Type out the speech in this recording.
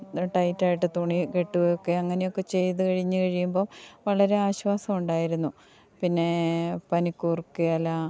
അത് ടൈറ്റായിട്ട് തുണി കെട്ടുമൊക്കെ അങ്ങനെയൊക്കെ ചെയ്ത് കഴിഞ്ഞു കഴിയുമ്പോൾ വളരെ ആശ്വാസമുണ്ടായിരുന്നു പിന്നേ പനിക്കൂർക്കയില